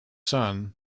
son